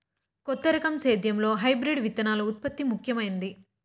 కొత్త రకం సేద్యంలో హైబ్రిడ్ విత్తనాల ఉత్పత్తి ముఖమైంది